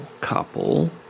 couple